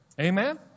Amen